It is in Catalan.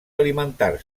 alimentar